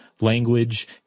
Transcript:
language